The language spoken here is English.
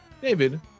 David